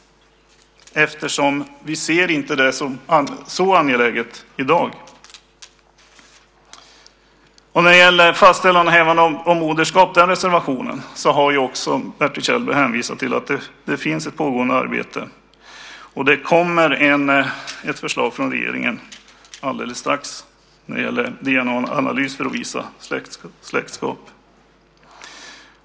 Vi ser det inte som så angeläget i dag. Även vad gäller reservationen om fastställande och hävande av moderskap har också Bertil Kjellberg hänvisat till ett pågående arbete. Det kommer snart ett förslag från regeringen om DNA-analys för att visa släktskap.